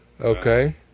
Okay